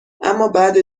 امابعد